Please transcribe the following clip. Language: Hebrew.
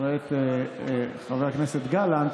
אני רואה את חבר הכנסת גלנט,